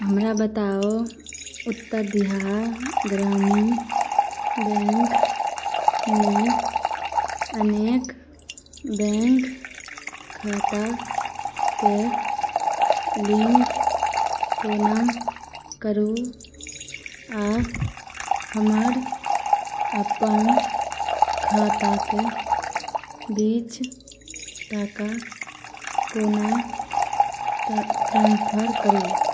हमरा बताउ उत्तर बिहार ग्रामीण बैंकमे अनेक बैंक खाताके लिंक कोना करु आओर हमर अपन खाताके बीच टाका कोना ट ट्रांसफर करु